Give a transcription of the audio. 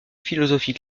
philosophie